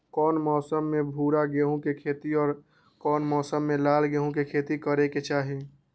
कौन मौसम में भूरा गेहूं के खेती और कौन मौसम मे लाल गेंहू के खेती करे के चाहि?